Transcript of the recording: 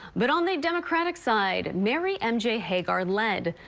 but on the democratic side, mary and yeah hagar led.